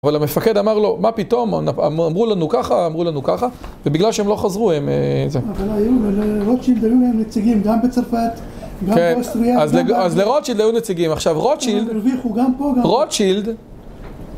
אבל המפקד אמר לו, מה פתאום, אמרו לנו ככה, אמרו לנו ככה ובגלל שהם לא חזרו הם... אבל היו, לרוטשילד היו להם נציגים גם בצרפת, גם באוסטריה, גם באוסטריה אז לרוטשילד היו נציגים, עכשיו רוטשילד רוטשילד